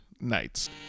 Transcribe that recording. Nights